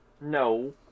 No